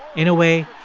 in a way,